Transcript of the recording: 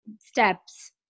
steps